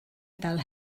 fel